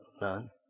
None